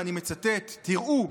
ואני מצטט: תראו,